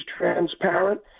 transparent